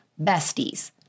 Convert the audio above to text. besties